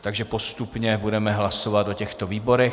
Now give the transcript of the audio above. Takže postupně budeme hlasovat o těchto výborech.